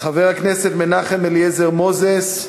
חבר הכנסת מנחם אליעזר מוזס,